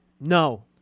No